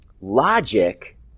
logic